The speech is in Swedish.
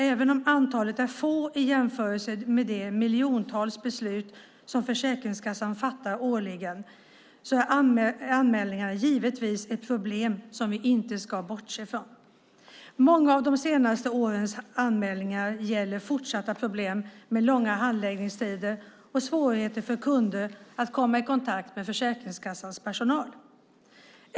Även om antalet är få i jämförelse med de miljontals beslut som Försäkringskassan fattar årligen är anmälningarna givetvis ett problem som vi inte ska bortse från. Många av det senaste årets anmälningar gäller fortsatta problem med långa handläggningstider och svårigheter för kunder att komma i kontakt med Försäkringskassans personal.